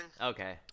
Okay